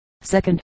second